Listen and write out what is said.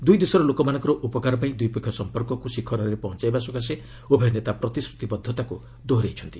ଦୁଇ ଦେଶର ଲୋକମାନଙ୍କର ଉପକାର ପାଇଁ ଦ୍ୱିପକ୍ଷିୟ ସମ୍ପର୍କକୁ ଶିଖରରେ ପହଞ୍ଚାଇବା ସକାଶେ ଉଭୟ ନେତା ପ୍ରତିଶ୍ରୁତିବଦ୍ଧତାକୁ ଦୋହରାଇଛନ୍ତି